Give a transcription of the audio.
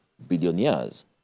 billionaires